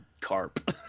carp